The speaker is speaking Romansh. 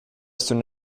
sun